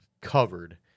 covered